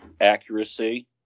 accuracy